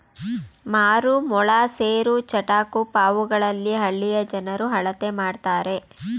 ಮಾರು, ಮೊಳ, ಸೇರು, ಚಟಾಕು ಪಾವುಗಳಲ್ಲಿ ಹಳ್ಳಿಯ ಜನರು ಅಳತೆ ಮಾಡ್ತರೆ